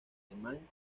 alemán